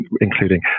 including